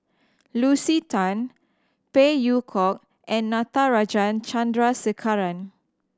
Lucy Tan Phey Yew Kok and Natarajan Chandrasekaran